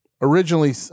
originally